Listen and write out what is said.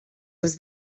was